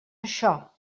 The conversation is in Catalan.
això